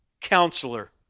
Counselor